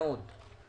מאוד.